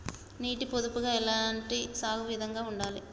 నీటి పొదుపుగా ఎలాంటి సాగు విధంగా ఉండాలి?